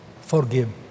Forgive